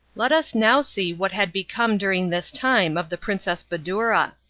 let us now see what had become during this time of the princess badoura.